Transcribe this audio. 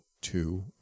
two